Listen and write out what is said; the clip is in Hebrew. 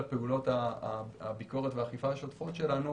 פעולות הביקורת ובאכיפה השוטפות שלנו